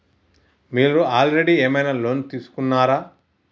మీరు ఆల్రెడీ ఏమైనా లోన్ తీసుకున్నారా?